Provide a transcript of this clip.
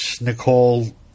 Nicole